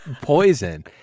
poison